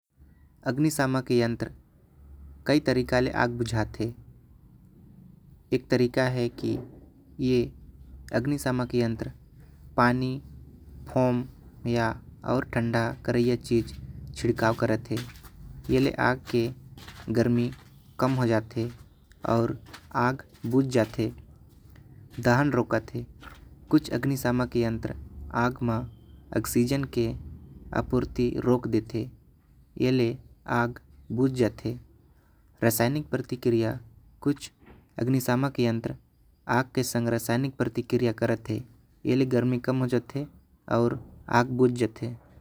अग्नि समक यंत कई तरीका ले आग बुझाते एक तरीका हे। कि अग्नि समक यंत्र पानी फोम ओर ठंडा करे ल चीज छिड़काव करत हे। ए ले आग क गर्मी कम हो जाते ओर आग बुझ जाते धान रोकत हे। कुछ अग्नि समक यंत्र ऑक्सीजन के आपूर्ति रोक देते। ए ले आग बुझ जाते प्रासेमिक प्रतिक्रिया कुछ अग्नि शामक यंत्र। आग के संग रासायनिक क्रिया करत हे। ए ले गर्मी कम हो जाते आऊ आग बुझ जाते।